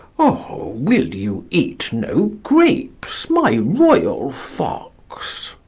o, will you eat no grapes, my royal fox?